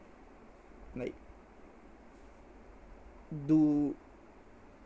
like do